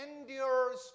endures